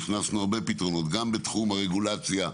גם בתחום הרגולציה,